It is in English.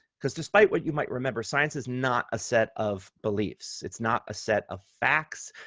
because despite what you might remember, science is not a set of beliefs, it's not a set of facts.